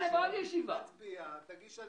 ננעלה בשעה 13:07.